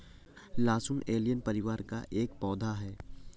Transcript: लहसुन एलियम परिवार का एक पौधा है